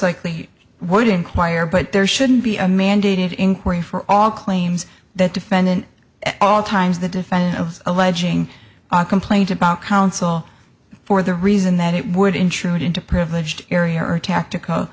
likely would inquire but there shouldn't be a mandated inquiry for all claims that defendant at all times the defendant of alleging on complaint about counsel for the reason that it would intrude into privileged area or tactic